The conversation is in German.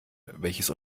welches